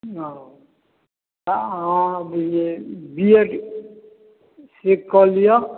ओ अहाँ B Ed से कऽ लिअ